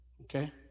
okay